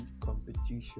competition